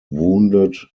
wounded